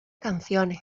canciones